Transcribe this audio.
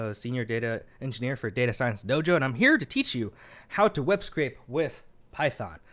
so senior data engineer for data science dojo. and i'm here to teach you how to web scrape with python.